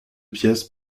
pièce